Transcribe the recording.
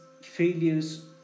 failures